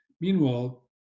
Meanwhile